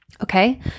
Okay